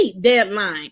deadline